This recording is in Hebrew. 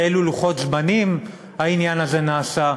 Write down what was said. באילו לוחות זמנים העניין הזה נעשה.